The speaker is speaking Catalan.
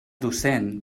docent